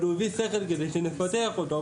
אבל הוא הביא שכל כדי שנפתח אותו.